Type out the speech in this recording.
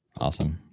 Awesome